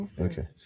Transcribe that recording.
Okay